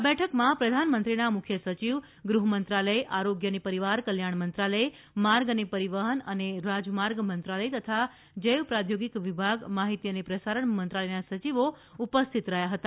આ બેઠકમાં પ્રધાનમંત્રીના મુખ્ય સચિવ ગૃહમંત્રાલય આરોગ્ય અને પરિવાર કલ્યાણ મંત્રાલય માર્ગ અને પરિવહન અને રાજમાર્ગ મંત્રાલય તથા જૈવ પ્રાદ્યોગિક વિભાગ માહીતી અને પ્રાસરણ મંત્રાલયના સચિવો ઉપસ્થિત રહ્યા હતા